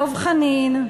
דב חנין,